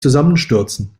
zusammenstürzen